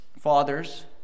fathers